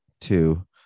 two